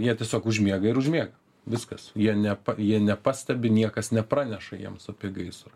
jie tiesiog užmiega ir užmiega viskas jie nepa jie nepastebi niekas nepraneša jiems apie gaisrą